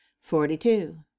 Forty-two